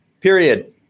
period